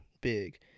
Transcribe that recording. big